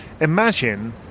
imagine